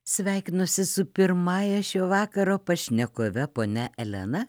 sveikinuosi su pirmąja šio vakaro pašnekove ponia elena